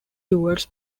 towards